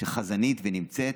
שהיא חזנית ונמצאת,